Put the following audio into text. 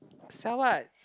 sell what